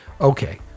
Okay